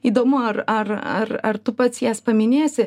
įdomu ar ar ar ar tu pats jas paminėsi